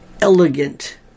elegant